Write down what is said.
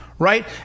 Right